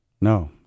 No